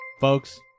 Folks